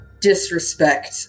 disrespect